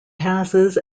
passes